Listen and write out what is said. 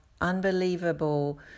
unbelievable